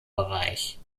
bereich